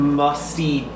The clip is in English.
musty